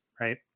right